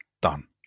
Done